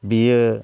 बियो